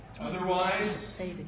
Otherwise